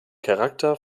charakter